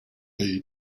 aide